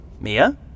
Mia